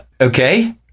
Okay